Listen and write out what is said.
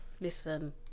Listen